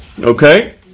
Okay